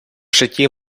житті